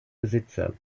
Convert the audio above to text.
besitzer